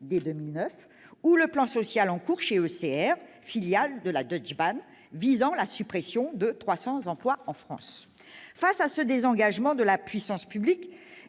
dès 2009 ou le plan social en cours chez ECR, filiale de la Deutsche Bahn, visant à la suppression de 300 emplois en France. Devant ce désengagement de la puissance publique,